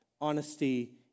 honesty